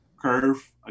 curve